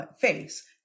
face